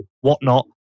whatnot